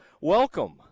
Welcome